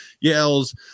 yells